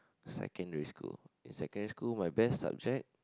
secondary school in secondary school my best subject